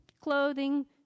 clothing